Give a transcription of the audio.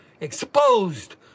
exposed